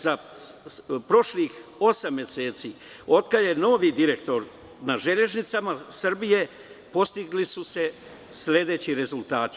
Za prošlih osam meseci, od kada je novi direktor na „Železnicama Srbije“, postigli su se sledeći rezultati.